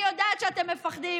אני יודעת שאתם מפחדים,